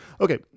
okay